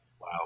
Wow